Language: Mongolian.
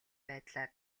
байдлаар